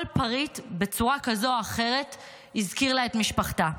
כל פריט בצורה כזאת או אחרת הזכיר לה את משפחתה.